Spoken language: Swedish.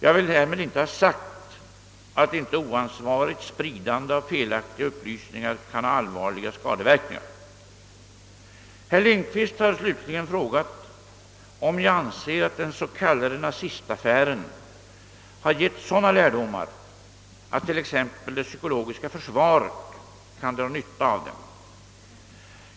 Jag vill därmed inte ha sagt, att inte oansvarigt spridande av felaktiga upplysningar kan ha allvarliga skadeverkningar. Herr Lindkvist har slutligen frågat om jag anser, att den s.k. nazistaffären har gett sådana lärdomar, att t.ex. psykologiska försvaret kan dra nytta av dem.